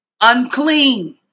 unclean